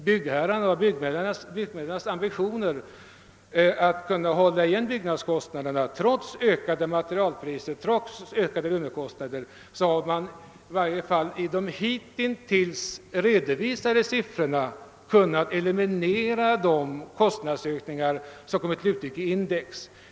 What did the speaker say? Byggherrarna har haft ambitioner att trots ökade materialoch lönekostnader hålla igen byggnadskostnaderna och därigenom har man i de hittills redovisade siffrorna kunnat eliminera de kostnadsökningar som kommit till uttryck i index.